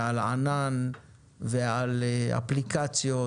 על ענין ועל אפליקציות,